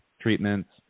treatments